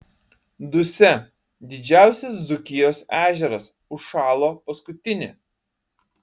dusia didžiausias dzūkijos ežeras užšalo paskutinė